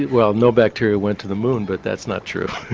well, no bacteria went to the moon but that's not true,